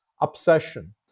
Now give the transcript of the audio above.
obsession